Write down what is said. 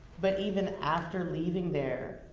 but even after leaving there,